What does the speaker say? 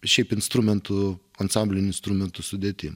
šiaip instrumentų ansamblių instrumentų sudėty